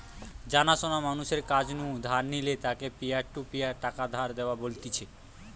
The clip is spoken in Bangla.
জানা শোনা মানুষের কাছ নু ধার নিলে তাকে পিয়ার টু পিয়ার টাকা ধার দেওয়া বলতিছে